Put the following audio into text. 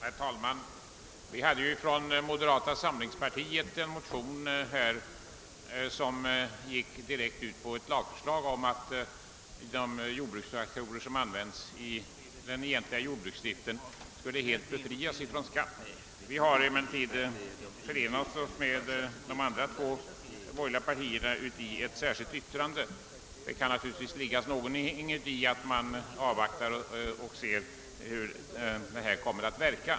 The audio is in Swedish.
Herr talman! Ledamöter av modera ta samlingspartiet har väckt en motion som går ut på att jordbrukstraktorer som används i den egentliga jordbruksdriften skall helt befrias från skatt. Partiets representanter i bevillningsutskottet har emellertid förenat sig med de två övriga borgerliga partiernas ledamöter om ett särskilt yttrande. Det kan naturligtvis ligga något i att man avvaktar och ser hur beskattningen kommer att verka.